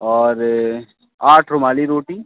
और आठ रुमाली रोटी